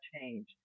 change